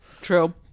True